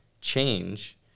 change